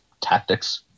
tactics